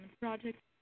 Project